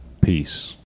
Peace